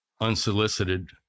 unsolicited